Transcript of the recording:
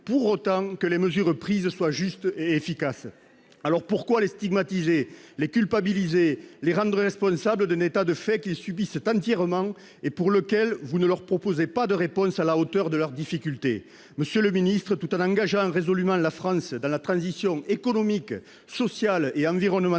pour autant que les mesures prises soient justes et efficaces. Pourquoi, alors, les stigmatiser, les culpabiliser, les rendre responsables d'un état de fait qu'ils subissent entièrement et pour lequel vous ne proposez pas de réponse à la hauteur de leurs difficultés ? Monsieur le ministre, tout en engageant résolument la France dans la transition économique, sociale et environnementale,